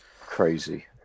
Crazy